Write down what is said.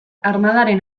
armadaren